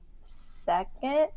second